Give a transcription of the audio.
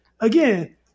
Again